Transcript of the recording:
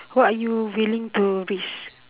what are you willing to risk